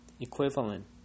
equivalent